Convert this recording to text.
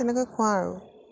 সেনেকে খোৱাও আৰু